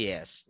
Yes